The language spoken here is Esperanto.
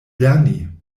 lerni